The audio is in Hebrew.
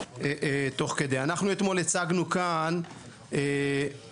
אנחנו אתמול הצגנו כאן ביקורת,